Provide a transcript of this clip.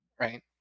Right